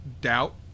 doubt